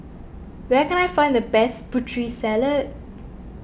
where can I find the best Putri Salad